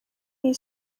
iyi